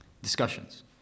discussions